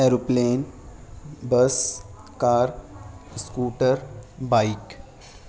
aeroplane bus car scooter bike